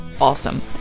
awesome